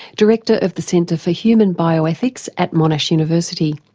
director of the centre for human bioethics at monash university.